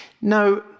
Now